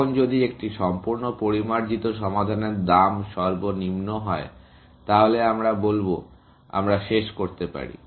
এখন যদি একটি সম্পূর্ণ পরিমার্জিত সমাধানের দাম সর্বনিম্ন হয় তাহলে আমরা বলব আমরা শেষ করতে পারি